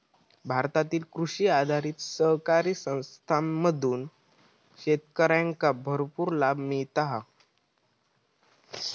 भारतातील कृषी आधारित सहकारी संस्थांमधून शेतकऱ्यांका भरपूर लाभ मिळता हा